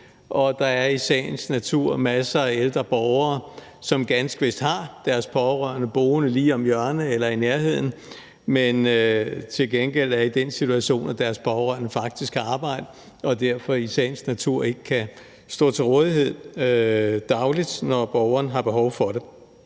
der er også masser af ældre borgere, som ganske vist har deres pårørende boende lige om hjørnet eller i nærheden, men som til gengæld er i den situation, at deres pårørende faktisk har et arbejde, og at de derfor i sagens natur ikke kan stå til rådighed dagligt, når borgeren har behov for det.